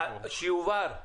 שיובהר,